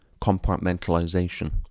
compartmentalization